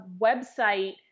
website